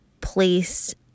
place